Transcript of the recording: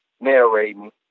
narrating